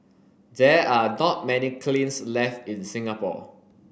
there are not many kilns left in Singapore